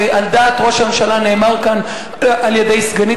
ועל דעת ראש הממשלה נאמר כאן על-ידי סגנית